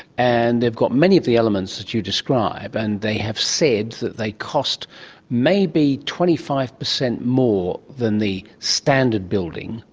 and they've got many of the elements that you describe, and they have said that they cost maybe twenty five percent more than the standard building,